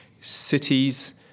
Cities